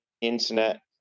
internet